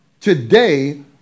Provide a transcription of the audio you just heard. Today